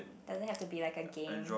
doesn't have to be like a game